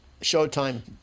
Showtime